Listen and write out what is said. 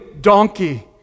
donkey